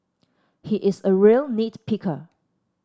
he is a real nit picker